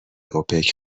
اوپک